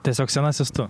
tiesiog senasis tu